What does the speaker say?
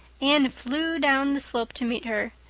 anne flew down the slope to meet her.